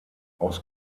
aus